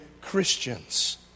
Christians